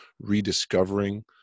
rediscovering